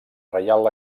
reial